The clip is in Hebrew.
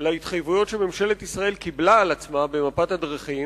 להתחייבויות שממשלת ישראל קיבלה על עצמה במפת הדרכים.